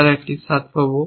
তার একটি স্বাদ পাব